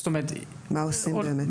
מה עושים, באמת?